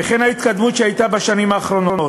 וכן ההתקדמות שהייתה בשנים האחרונות.